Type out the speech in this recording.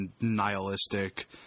nihilistic